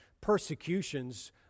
persecutions